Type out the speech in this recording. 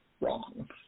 wrong